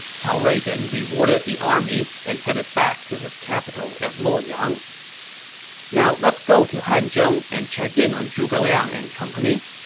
cao rui then rewarded the army and headed back to his capital at luoyang now, let's go to hanzhong and check in on zhuge liang and company.